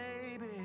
Baby